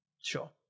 Sure